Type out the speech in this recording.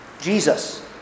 Jesus